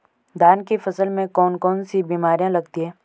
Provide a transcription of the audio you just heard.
धान की फसल में कौन कौन सी बीमारियां लगती हैं?